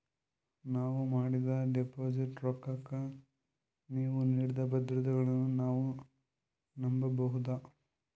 ನಾವು ಮಾಡಿದ ಡಿಪಾಜಿಟ್ ರೊಕ್ಕಕ್ಕ ನೀವು ನೀಡಿದ ಭದ್ರತೆಗಳನ್ನು ನಾವು ನಂಬಬಹುದಾ?